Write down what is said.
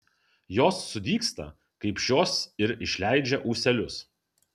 jos sudygsta kaip šios ir išleidžia ūselius